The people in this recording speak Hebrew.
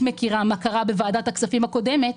מכירה מה קרה בוועדת הכספים הקודמת,